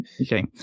Okay